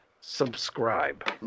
subscribe